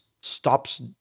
stops